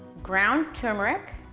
ground turmeric,